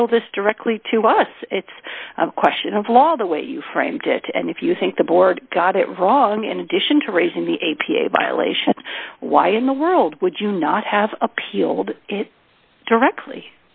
appeal this directly to us it's a question of law the way you framed it and if you think the board got it wrong in addition to raising the a p a violation why in the world would you not have appealed directly